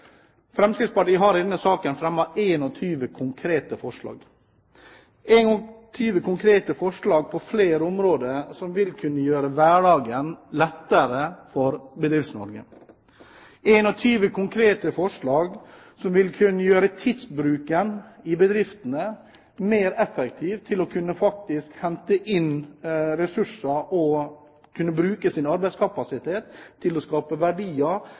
Fremskrittspartiet har i denne saken fremmet 21 konkrete forslag – 21 konkrete forslag på flere områder som vil kunne gjøre hverdagen lettere for Bedrifts-Norge, 21 konkrete forslag som vil kunne gjøre tidsbruken i bedriftene mer effektiv, slik at en kan hente inn ressurser og bruke sin arbeidskapasitet til å skape verdier,